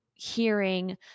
hearing